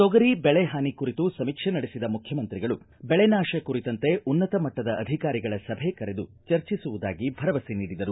ತೊಗರಿ ಬೆಳೆ ಹಾನಿ ಕುರಿತು ಸಮೀಕ್ಷೆ ನಡೆಸಿದ ಮುಖ್ಯಮಂತ್ರಿಗಳು ಬೆಳೆ ನಾಶ ಕುರಿತಂತೆ ಉನ್ನತ ಮಟ್ಟದ ಅಧಿಕಾರಿಗಳ ಸಭೆ ಕರೆದು ಚರ್ಚಿಸುವುದಾಗಿ ಭರವಸೆ ನೀಡಿದರು